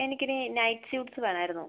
എനിക്കിനി night suits വേണമായിരുന്നു